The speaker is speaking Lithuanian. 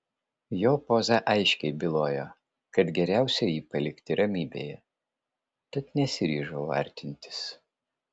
jo poza aiškiai bylojo kad geriausia jį palikti ramybėje tad nesiryžau artintis